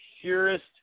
purest